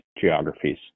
geographies